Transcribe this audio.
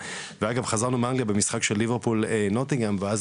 חזרנו מאנגליה ממשחק של ליברפול נוטינגהם ואז